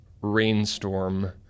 rainstorm